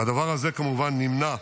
והדבר הזה כמובן נמנע.